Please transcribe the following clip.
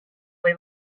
või